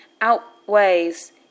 outweighs